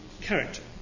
character